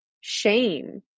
shame